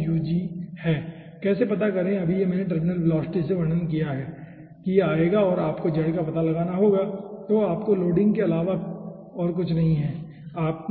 बल्कि है कैसे पता करें अभी यह मैंने टर्मिनल वेलोसिटी से वर्णन किया है कि यह आएगा और आपको z का पता लगाना होगा जो आपके लोडिंग के अलावा और कुछ नहीं है ठीक है